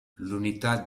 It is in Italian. l’unità